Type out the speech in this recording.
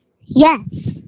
Yes